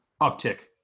uptick